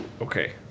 okay